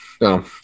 no